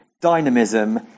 dynamism